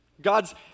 God's